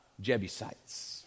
Jebusites